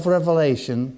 Revelation